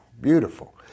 beautiful